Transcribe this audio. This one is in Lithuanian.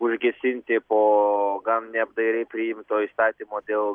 užgesinti po gan neapdairiai priimto įstatymo dėl